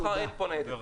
מחר אין פה ניידת.